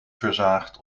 verzaagt